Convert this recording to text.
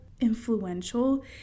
influential